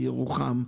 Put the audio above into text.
בירוחם,